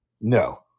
No